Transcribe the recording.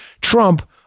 Trump